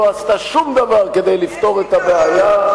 לא עשתה שום דבר כדי לפתור את הבעיה,